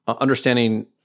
understanding